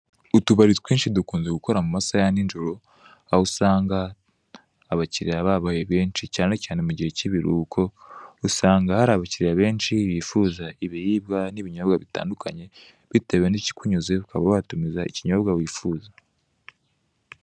Utubari twinshi dukunze gukora mu masaha ya nijoro, aho usanga abakiriya babaye benshi cyane cyane mu gihe k'ibiruhuko usanga hari abakiriya benshi bifuza ibiribwa n'ibinyobwa bitandukanye bitwe n'ikikunyuze ukaba watumiza ikinyobwa wifuza.